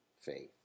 faith